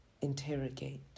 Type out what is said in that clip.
Interrogate